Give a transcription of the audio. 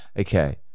okay